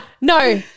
No